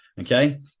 okay